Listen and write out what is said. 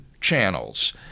channels